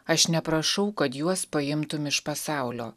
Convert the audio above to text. aš neprašau kad juos paimtum iš pasaulio